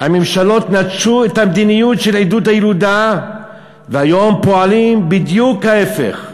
הממשלות נטשו את המדיניות של עידוד הילודה והיום הן פועלות בדיוק ההפך.